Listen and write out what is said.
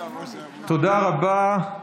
תודה רבה.